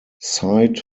sight